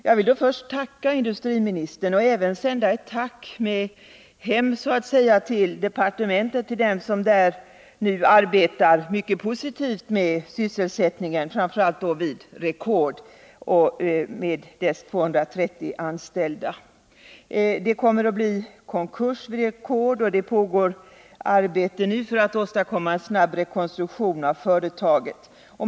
Jag vill än en gång tacka industriministern och även sända med ett tack ”hem” till departementet, till dem som där nu arbetar med dessa sysselsättningsfrågor, framför allt i vad gäller Record med dess 230 anställda. Record AB kommer att gå i konkurs, och det pågår nu arbete med att åstadkomma en snabb rekonstruktion av företaget.